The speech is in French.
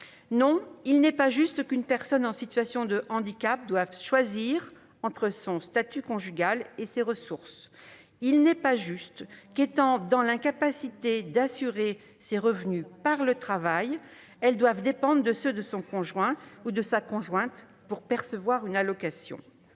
non, il n'est pas juste qu'une personne en situation de handicap doive choisir entre son statut conjugal et ses ressources ; il n'est pas juste qu'étant dans l'incapacité d'assurer ses revenus par le travail elle doive dépendre de ceux de son conjoint ou de sa conjointe pour percevoir une allocation.